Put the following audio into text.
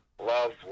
Love